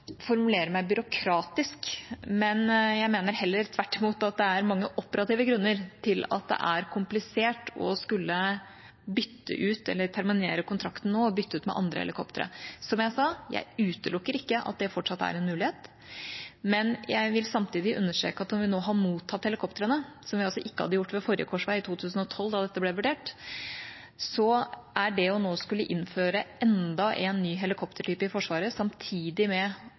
formulere meg byråkratisk, men jeg mener heller – tvert imot – at det er mange operative grunner til at det er komplisert å skulle terminere kontrakten nå og bytte ut med andre helikoptre. Som jeg sa: Jeg utelukker ikke at det fortsatt er en mulighet. Men jeg vil samtidig understreke at om vi nå har mottatt helikoptrene, som vi altså ikke hadde gjort ved forrige korsvei, i 2012, da dette ble vurdert, så er det å nå skulle innføre en fjerde helikoptertype i Forsvaret – samtidig med